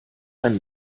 ein